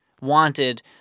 wanted